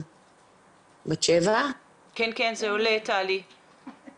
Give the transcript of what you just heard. אני רוצה להודות לפלורה וגם להגיד שהיה בינינו,